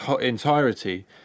entirety